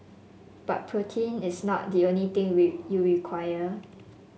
but protein is not the only thing we you require